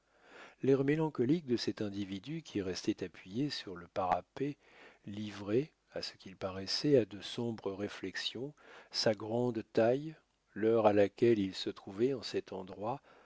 l'air mélancolique de cet individu qui restait appuyé sur le parapet livré à ce qu'il paraissait à de sombres réflexions sa grande taille l'heure à laquelle il se trouvait en cet endroit